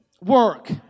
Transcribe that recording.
work